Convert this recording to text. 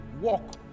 walk